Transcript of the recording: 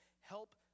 help